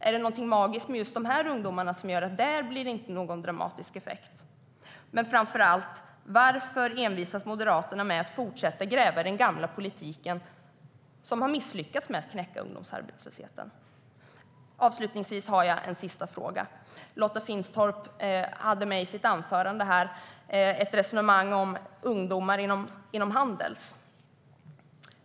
Är det någonting magiskt med just de här ungdomarna som gör att det inte blir någon dramatisk effekt för dem? Men framför allt: Varför envisas Moderaterna med att fortsätta gräva i den gamla politiken, som har misslyckats med att knäcka ungdomsarbetslösheten? Jag har en sista fråga. Lotta Finstorp förde i sitt anförande ett resonemang om ungdomar inom Handels.